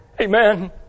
Amen